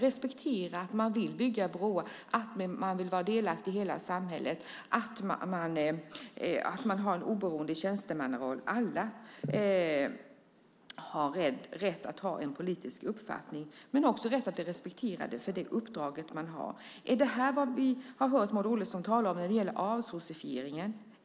Respektera att man vill bygga broar, att man vill vara delaktig i hela samhället och att man har en oberoende tjänstemannaroll! Alla har rätt att ha en politisk uppfattning men också rätt att bli respekterade för det uppdrag man har. Är det detta Maud Olofsson har menat när vi hört henne tala om "avsossifieringen"?